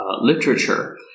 literature